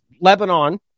Lebanon